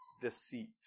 deceit